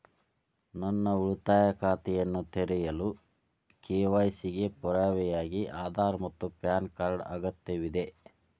ಉಳಿತಾಯ ಖಾತೆಯನ್ನು ತೆರೆಯಲು ಕೆ.ವೈ.ಸಿ ಗೆ ಪುರಾವೆಯಾಗಿ ಆಧಾರ್ ಮತ್ತು ಪ್ಯಾನ್ ಕಾರ್ಡ್ ಅಗತ್ಯವಿದೆ